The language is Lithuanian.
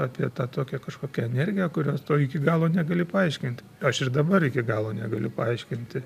apie tą tokią kažkokią energiją kurios to iki galo negali paaiškint aš ir dabar iki galo negaliu paaiškinti